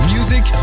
Music